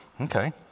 Okay